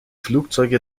flugzeuge